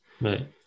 right